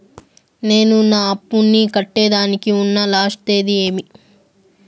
నేను నా అప్పుని కట్టేదానికి ఉన్న లాస్ట్ తేది ఏమి?